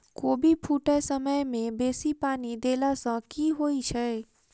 कोबी फूटै समय मे बेसी पानि देला सऽ की होइ छै?